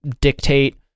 dictate